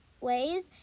ways